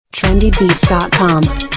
Trendybeats.com